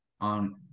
on